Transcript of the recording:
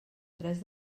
tres